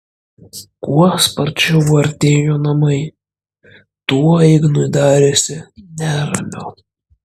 kuo sparčiau artėjo namai tuo ignui darėsi neramiau